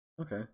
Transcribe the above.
okay